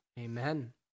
Amen